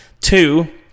Two